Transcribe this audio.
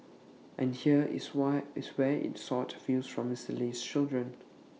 and here is where IT sought views from Mr Lee's children